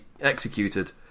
executed